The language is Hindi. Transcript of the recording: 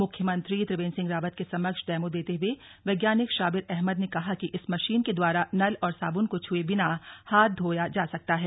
मुख्यमंत्री त्रिवेंद्र सिंह रावत के समक्ष डेमो देते हए वैज्ञानिक शाबिर अहमद ने कहा कि इस मशीन के द्वारा नल और साबुन को छुए बिना हाथ धोया जा सकता है